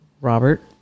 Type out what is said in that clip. Robert